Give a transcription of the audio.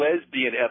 lesbian